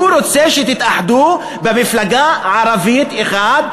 הוא רוצה שתתאחדו למפלגה ערבית אחת,